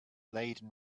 laden